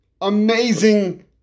amazing